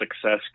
success